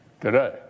today